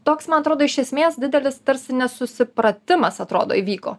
toks man atrodo iš esmės didelis tarsi nesusipratimas atrodo įvyko